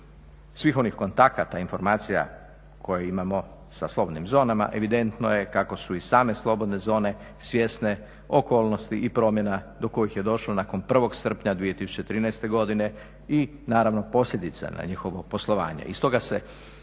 svih onih kontakata, informacija koje imamo sa slobodnim zonama evidentno je kako su i same slobodne zone svjesne okolnosti i promjena do kojih je došlo nakon 1. srpnja 2013. godine i naravno posljedica na njihovo poslovanje.